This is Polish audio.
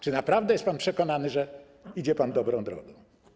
Czy naprawdę jest pan przekonany, że idzie pan dobrą drogą?